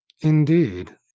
Indeed